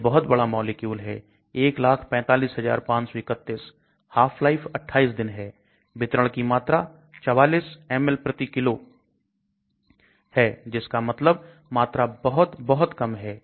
यह बहुत बड़ा मॉलिक्यूल है 145531 half life 28 दिन है वितरण की मात्रा 44 ml प्रति किलो है जिसका मतलब मात्रा बहुत बहुत कम है